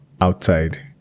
outside